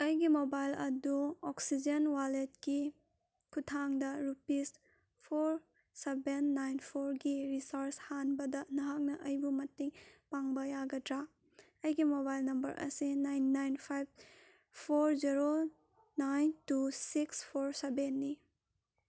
ꯑꯩꯒꯤ ꯃꯣꯕꯥꯏꯜ ꯑꯗꯨ ꯑꯣꯛꯁꯤꯖꯦꯟ ꯋꯥꯜꯂꯦꯠꯀꯤ ꯈꯨꯊꯥꯡꯗ ꯔꯨꯄꯤꯁ ꯐꯣꯔ ꯁꯕꯦꯟ ꯅꯥꯏꯟ ꯐꯣꯔꯒꯤ ꯔꯤꯆꯥꯔꯁ ꯍꯥꯟꯕꯗ ꯅꯍꯥꯛꯅ ꯑꯩꯕꯨ ꯃꯇꯦꯡ ꯄꯥꯡꯕ ꯌꯥꯒꯗ꯭ꯔꯥ ꯑꯩꯒꯤ ꯃꯣꯕꯥꯏꯜ ꯅꯝꯕꯔ ꯑꯁꯤ nine nine five four zero nine two six four ꯁꯕꯦꯟꯅꯤ